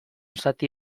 zati